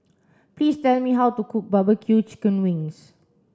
please tell me how to cook barbecue chicken wings